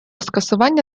скасування